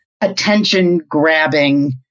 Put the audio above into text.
attention-grabbing